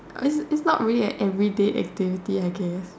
it's it's not really an everyday activity I guess